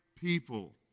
people